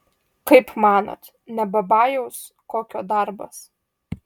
kaip manot ne babajaus kokio darbas